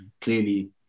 clearly